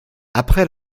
après